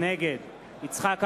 נגד יצחק אהרונוביץ,